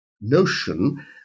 notion